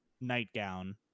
nightgown